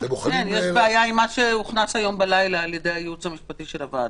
יש בעיה עם מה שהוכנס היום בלילה על ידי הייעוץ המשפטי של הוועדה.